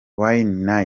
wayne